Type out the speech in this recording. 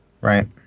right